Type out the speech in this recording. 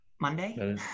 Monday